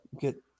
get